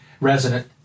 resident